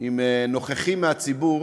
עם נוכחים מהציבור,